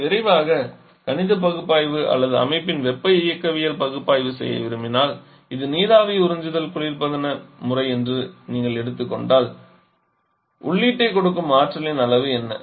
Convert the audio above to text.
நீங்கள் விரைவாக கணித பகுப்பாய்வு அல்லது அமைப்பின் வெப்ப இயக்கவியல் பகுப்பாய்வு செய்ய விரும்பினால் இது நீராவி உறிஞ்சுதல் குளிர்பதன முறை என்று நீங்கள் எடுத்துக் கொண்டால் உள்ளீட்டைக் கொடுக்கும் ஆற்றலின் அளவு என்ன